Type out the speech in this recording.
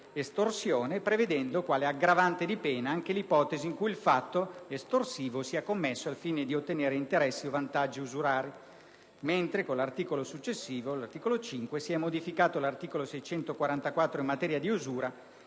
estorsione, prevedendo quale aggravante di pena anche l'ipotesi in cui il fatto estorsivo sia commesso al fine di ottenere interessi o vantaggi usurari, mentre, con il successivo articolo 5, si è modificato l'articolo 644 del codice